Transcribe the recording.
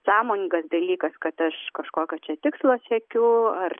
sąmoningas dalykas kad aš kažkokio čia tikslo siekiu ar